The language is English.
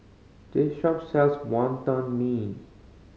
this shop sells Wonton Mee